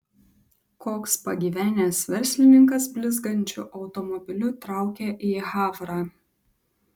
koks pagyvenęs verslininkas blizgančiu automobiliu traukia į havrą